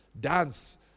dance